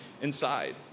inside